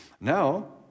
Now